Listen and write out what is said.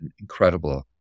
incredible